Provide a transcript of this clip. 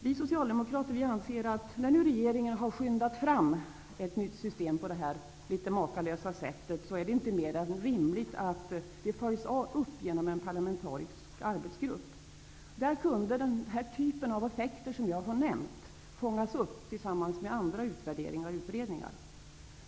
Vi Socialdemokrater anser att det, nu när regeringen har skyndat fram ett nytt system på detta makalösa sätt, inte är mer än rimligt att detta följs upp av en parlamentarisk arbetsgrupp. I den kunde man fånga upp den typ av effekter som jag har nämnt tillsammans med andra utvärderingar och utredningar.